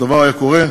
הדבר היה קורה,